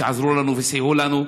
שעזרו לנו וסייעו לנו.